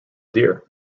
dear